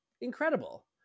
incredible